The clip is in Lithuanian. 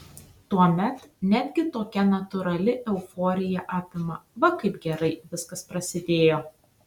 tuomet netgi tokia natūrali euforija apima va kaip gerai viskas praėjo